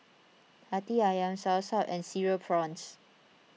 Hati Ayam Soursop and Cereal Prawns